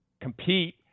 compete